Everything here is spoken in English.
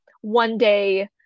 one-day